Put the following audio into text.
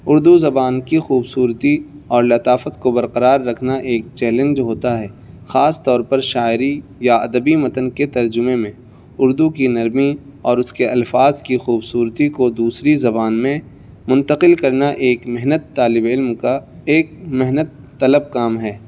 اردو زبان کی خوبصورتی اور لطافت کو برقرار رکھنا ایک چیلنج ہوتا ہے خاص طور پر شاعری یا ادبی متن کے ترجمے میں اردو کی نرمی اور اس کے الفاظ کی خوبصورتی کو دوسری زبان میں منتقل کرنا ایک محنت طالب علم کا ایک محنت طلب کام ہے